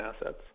assets